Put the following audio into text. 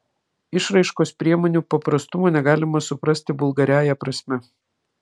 išraiškos priemonių paprastumo negalima suprasti vulgariąja prasme